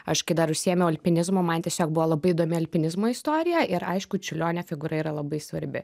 aš kai dar užsiėmiau alpinizmu man tiesiog buvo labai įdomi alpinizmo istorija ir aišku čiurlionio figūra yra labai svarbi